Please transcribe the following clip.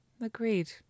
agreed